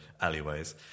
alleyways